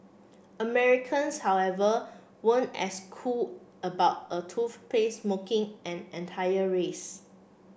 Americans however weren't as cool about a toothpaste mocking an entire race